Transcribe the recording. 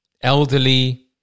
elderly